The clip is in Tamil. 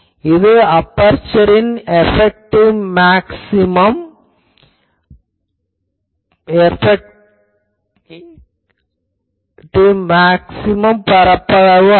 இது அபெர்சரின் மேக்ஸ்சிமம் எபெக்டிவ் பரப்பளவு ஆகும்